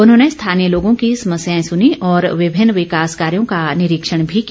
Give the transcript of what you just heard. उन्होंने स्थानीय लोगों की समस्याएं सुनीं और विभिन्न विकास कार्यों का निरीक्षण भी किया